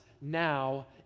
now